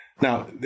Now